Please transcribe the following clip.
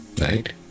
right